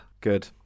Good